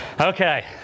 Okay